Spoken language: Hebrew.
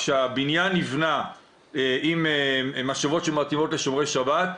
כשהבניין נבנה עם משאבות שמתאימות לשומרי שבת,